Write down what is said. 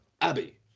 Abby